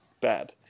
bad